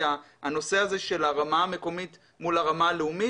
הנושא הזה של הרמה המקומית מול הרמה הלאומית.